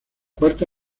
cuarta